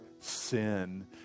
sin